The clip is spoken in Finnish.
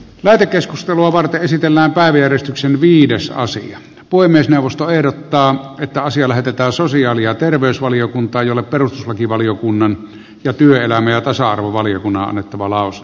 lähetekeskustelua varten esitellään päivi eriksson viides aasia voi myös neuvosto ehdottaa että asia lähetetään sosiaali ja terveysvaliokuntaan jolle perustuslakivaliokunnan ja työelämä ja tasa arvovaliokunnan on annettava lausunto